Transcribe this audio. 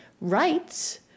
rights